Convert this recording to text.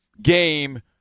game